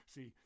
See